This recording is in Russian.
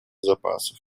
запасов